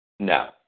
No